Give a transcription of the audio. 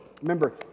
Remember